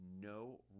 no